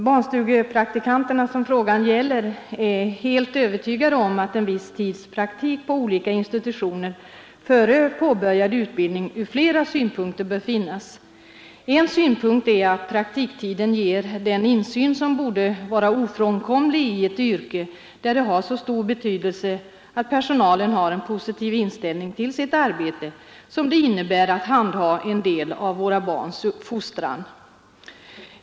Barnstugepraktikanterna, som frågan gäller, är helt övertygade om att en viss tids praktik på olika institutioner före påbörjad utbildning från flera synpunkter bör finnas. En synpunkt är att praktiktiden ger den insyn som borde vara ofrånkomlig i ett yrke där det har så stor betydelse att personalen har en positiv inställning till sitt arbete. Arbetet innebär ju att handha en del av våra barns fostran.